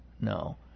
no